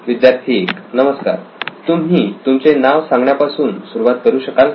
विद्यार्थी 1 नमस्कार तुम्ही तुमचे नाव सांगण्यापासून सुरुवात करू शकाल का